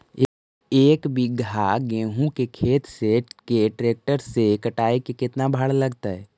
एक बिघा गेहूं के खेत के ट्रैक्टर से कटाई के केतना भाड़ा लगतै?